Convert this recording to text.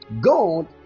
God